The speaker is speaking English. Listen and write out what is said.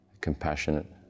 compassionate